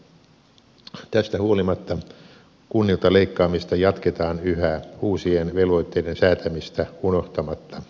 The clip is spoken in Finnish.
tästä huolimatta kunnilta leikkaamista jatketaan yhä uusien velvoitteiden säätämistä unohtamatta